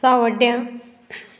सावड्ड्या